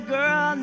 Girl